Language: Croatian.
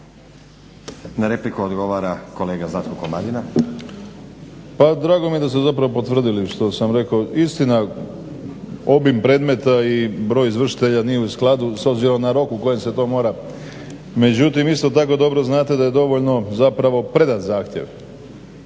Na repliku odgovara kolega Zlatko Komadina. **Komadina, Zlatko (SDP)** Pa drago mi je da ste zapravo potvrdili što sam rekao. Istina, obim predmeta i broj izvršitelja nije u skladu s obzirom na rok u kojem se to mora. Međutim, isto tako dobro znate da je dovoljno zapravo predat zahtjev,